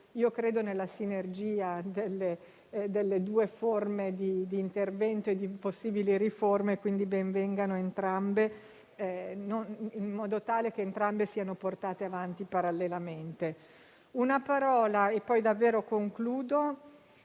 credo nella sinergia delle due forme di intervento e di possibili riforme, quindi ben vengano entrambe in modo tale che entrambe siano portate avanti parallelamente. Spendo una parola